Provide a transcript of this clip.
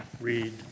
read